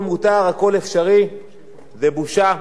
זה בושה למדינת ישראל שכך הדברים,